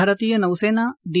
भारतीय नौसेना डी